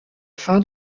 fin